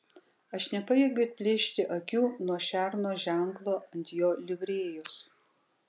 aš nepajėgiu atplėšti akių nuo šerno ženklo ant jo livrėjos